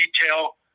detail